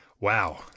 wow